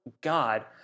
God